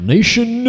Nation